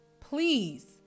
please